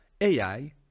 AI